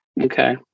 Okay